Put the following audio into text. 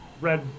red